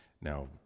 Now